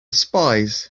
spies